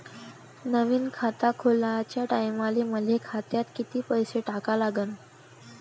नवीन खात खोलाच्या टायमाले मले खात्यात कितीक पैसे टाका लागन?